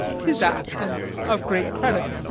tis apt, and of great credit